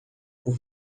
por